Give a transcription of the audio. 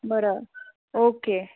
बरं ओके